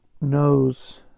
knows